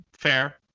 Fair